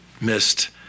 missed